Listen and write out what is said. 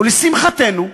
ולשמחתנו,